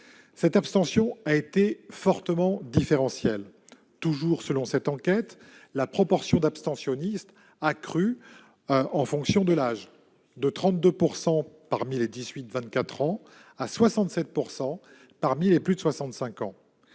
Cette abstention a été fortement différentielle. Toujours selon cette enquête, la proportion d'abstentionnistes a crû en fonction de l'âge : de 32 % parmi les 18-24 ans à 67 % parmi les plus de 65 ans.